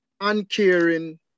uncaring